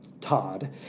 Todd